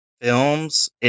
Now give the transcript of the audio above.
films